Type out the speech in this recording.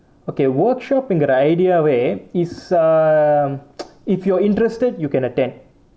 okay workshop என்கிற:engira idea வே:vae is err if you're interested you can attend